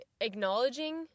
acknowledging